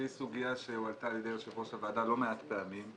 שהיא סוגיה שהועלתה על ידי יושב ראש הוועדה לא מעט פעמים,